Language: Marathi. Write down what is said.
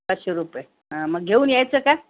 पाचशे रुपये हा मग घेऊन यायचं काय